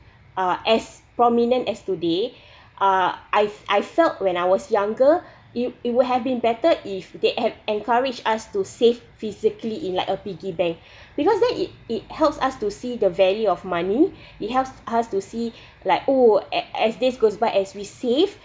uh as prominent as today uh I've I felt when I was younger you it would have been better if they have encouraged us to save physically in like a piggy bank because then it it helps us to see the value of money it helps us to see like oh uh as this goes by as we save